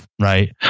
right